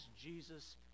Jesus